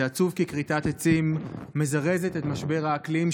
זה עצוב כי כריתת עצים מזרזת את משבר האקלים,